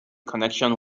connection